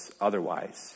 otherwise